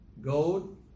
gold